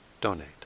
donate